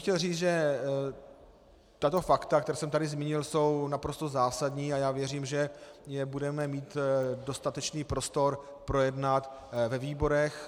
Chtěl bych říct, že tato fakta, která jsem tady zmínil, jsou naprosto zásadní, a já věřím, že je budeme mít dostatečný prostor projednat ve výborech.